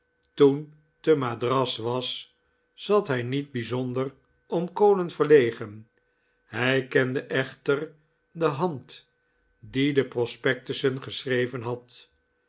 toen te madras was zat hij niet bijzonder om kolen verlegen hij kende echter de hand die de prospectussen geschreven had